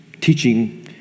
teaching